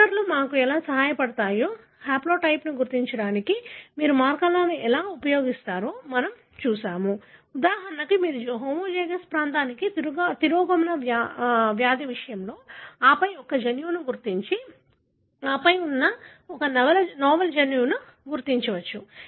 మార్కర్లు మాకు ఎలా సహాయపడతాయో హాప్లోటైప్ను గుర్తించడానికి మీరు మార్కర్లను ఎలా ఉపయోగిస్తారో మనము చూశాము ఉదాహరణకు మీరు హోమోజైగస్ ప్రాంతానికి తిరోగమన వ్యాధి విషయంలో ఆపై ఒక జన్యువును గుర్తించి ఆపై ఒక నవల జన్యువును గుర్తించవచ్చు